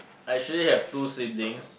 I actually have two siblings